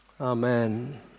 Amen